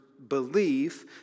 belief